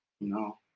No